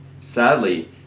Sadly